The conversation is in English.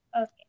Okay